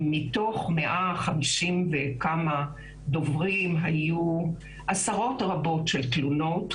מתוך מעל 150 דוברים היו עשרות רבות של תלונות.